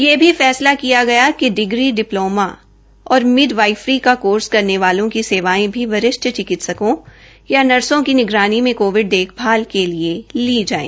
यह भी फैसला लिया गया कि डिग्री डिप्लोमा और मिडवाईफरी का कोर्स करने वालों की सेवायें भी वरिष्ठ चिकित्सकों या नर्सो की निगरानी मे कोविड देखभाल के लिए ली जाये